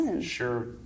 Sure